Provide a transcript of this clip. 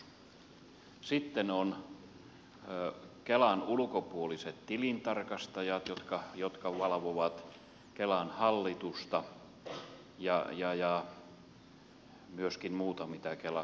sitten ovat kelan ulkopuoliset tilintarkastajat jotka valvovat kelan hallitusta ja myöskin muuta mitä kelassa tapahtuu